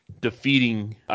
defeating